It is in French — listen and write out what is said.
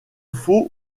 faut